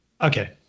Okay